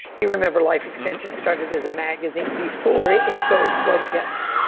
you remember life extension started as a magazine before it it sold blood tests,